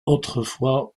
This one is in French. autrefois